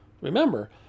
Remember